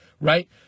right